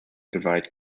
provide